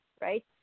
right